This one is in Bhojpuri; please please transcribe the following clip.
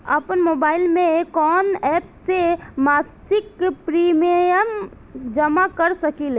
आपनमोबाइल में कवन एप से मासिक प्रिमियम जमा कर सकिले?